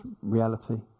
reality